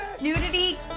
nudity